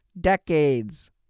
decades